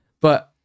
But-